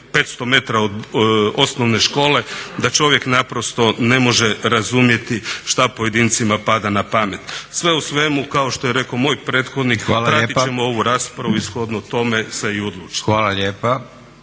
500m od osnovne škole da čovjek naprosto ne može razumjeti šta pojedincima pada na pamet. Sve u svemu kao što je rekao moj prethodnik pratiti ćemo ovu raspravu i shodno tome se i odlučiti.